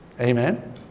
amen